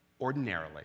ordinarily